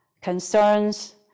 concerns